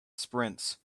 sprints